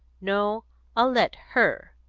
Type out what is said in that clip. no i'll let her.